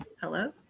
Hello